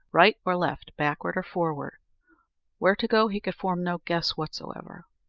right or left backward or forward where to go he could form no guess whatsoever.